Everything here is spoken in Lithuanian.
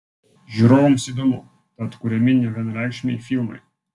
žiūrovams įdomu tad kuriami nevienareikšmiai filmai